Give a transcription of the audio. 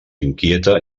inquieta